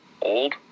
old